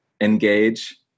engage